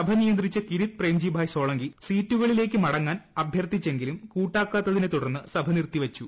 സഭ നിയന്ത്രിച്ച കിരിത് പ്രേംജിഭായ് സോളങ്കി സീറ്റുകളിലേക്ക് മടങ്ങാൻ അഭ്യർത്ഥിച്ചെങ്കിലും കൂട്ടാക്കാത്തതിനെ തുടർന്ന് സഭ നിർത്തിവച്ചു